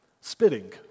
Spitting